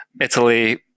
Italy